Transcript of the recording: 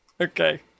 Okay